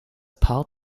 paar